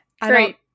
Great